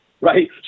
right